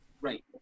right